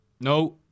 No